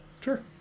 Sure